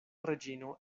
reĝino